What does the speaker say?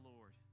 Lord